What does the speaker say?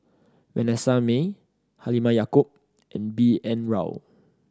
Vanessa Mae Halimah Yacob and B N Rao